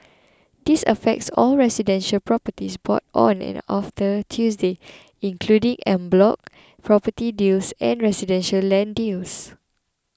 this affects all residential properties bought on in or after Tuesday including en bloc property deals and residential land deals